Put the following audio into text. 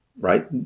right